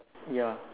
ya